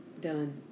done